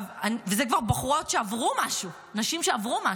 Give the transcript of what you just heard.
ואלה כבר בחורות שעברו משהו, נשים שעברו משהו.